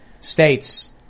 states